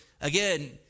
again